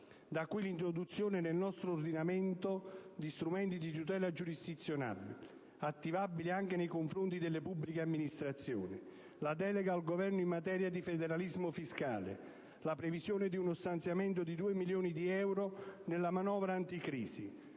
Da qui l'introduzione nel nostro ordinamento di strumenti di tutela giurisdizionale attivabili anche nei confronti delle pubbliche amministrazioni, la delega al Governo in materia di federalismo fiscale, la previsione di uno stanziamento di 2 milioni di euro nella manovra anticrisi